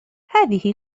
هذه